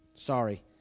Sorry